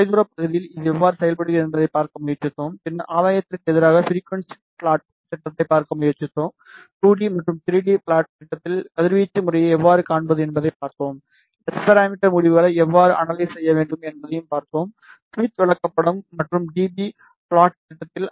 தொலைதூரப் பகுதியில் இது எவ்வாறு செயல்படுகிறது என்பதைப் பார்க்க முயற்சித்தோம் பின்னர் ஆதாயத்திற்கு எதிராக ஃபிரிக்குவன்சி ப்ளாட் திட்டத்தைப் பார்க்க முயற்சித்தோம் 2 டி மற்றும் 3 டி ப்ளாட் திட்டத்தில் கதிர்வீச்சு முறையை எவ்வாறு காண்பது என்பதையும் பார்த்தோம் எஸ் பாராமீட்டர் முடிவுகளை எவ்வாறு அனலைஸ் செய்ய வேண்டும் என்பதையும் பார்த்தோம் ஸ்மித் விளக்கப்படம் மற்றும் டி பி ப்ளாட் திட்டத்தில்